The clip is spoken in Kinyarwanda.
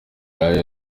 aya